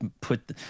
put